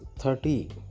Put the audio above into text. thirty